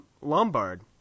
Lombard